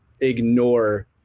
ignore